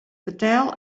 fertel